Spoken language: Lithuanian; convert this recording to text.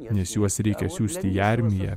nes juos reikia siųsti į armiją